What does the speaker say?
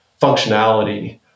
functionality